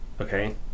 okay